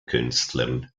künstlern